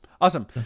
awesome